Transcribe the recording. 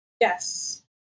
yes